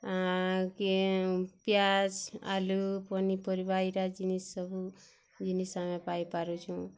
ପିଆଜ୍ ଆଲୁ ପନିପରିବା ଏଇଟା ଜିନିଷ୍ ସବୁ ଜିନିଷ୍ ଆମେ ପାଇପାରୁଚୁ